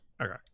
Okay